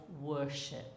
worship